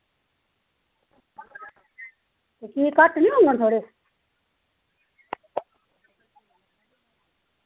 ते एह् घट्ट निं होङन थुआढ़े